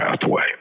pathway